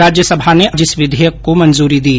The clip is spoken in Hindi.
राज्यसभा ने कल इस विघेयक को मंजूरी दी